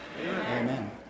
Amen